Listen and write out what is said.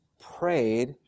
prayed